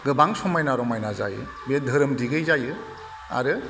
गोबां समायना रमायना जायो बे धोरोम दिगै जायो आरो